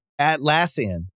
Atlassian